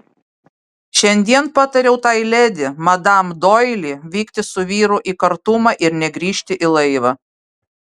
šiandien patariau tai ledi madam doili vykti su vyru į kartumą ir negrįžti į laivą